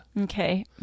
Okay